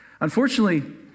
Unfortunately